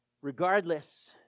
Regardless